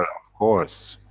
of course.